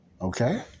Okay